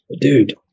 Dude